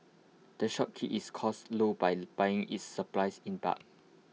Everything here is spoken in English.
the shop keeps its costs low by buying its supplies in bulk